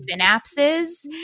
synapses